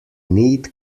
need